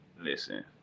Listen